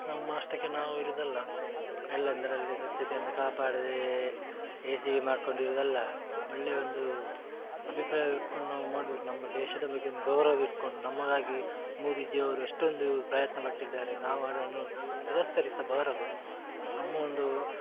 ನಮ್ಮ ಅಷ್ಟಕ್ಕೆ ನಾವು ಇರೋದಲ್ಲ ಎಲ್ಲೆಂದರಲ್ಲಿ ಸ್ವಚ್ಚತೆಯನ್ನು ಕಾಪಾಡದೇ ಹೇಸಿಗೆ ಮಾಡ್ಕೊಂಡಿರೋದಲ್ಲ ಒಳ್ಳೆಯ ಒಂದು ಅಭಿಪ್ರಾಯ ಇಟ್ಟುಕೊಂಡು ನಾವು ಮಾಡ್ಬೇಕು ನಮ್ಮ ದೇಶದ ಬಗ್ಗೆ ಒಂದು ಗೌರವ ಇಟ್ಕೊಂಡು ನಮ್ಮಗಾಗಿ ಮೋದಿಜಿಯವರು ಎಷ್ಟೊಂದು ಪ್ರಯತ್ನ ಪಟ್ಟಿದ್ದಾರೆ ನಾವು ಅದನ್ನು ತಿರಸ್ಕರಿಸಬಾರದು ನಮ್ಮ ಒಂದು